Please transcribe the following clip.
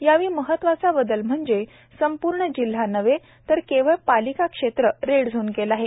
यावेळी महत्त्वाचा बदल म्हणजे संपर्ण जिल्हा नव्हे तर केवळ पालिकाक्षेत्र रेड झोन केले आहे